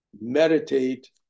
meditate